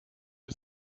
wir